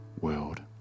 world